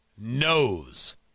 knows